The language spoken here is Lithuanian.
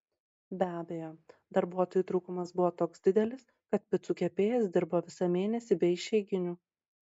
be abejo darbuotojų trūkumas buvo toks didelis kad picų kepėjas dirbo visą mėnesį be išeiginių